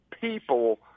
people